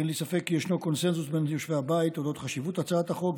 אין לי כל ספק כי יש קונסנזוס בין יושבי הבית בדבר חשיבות הצעת החוק.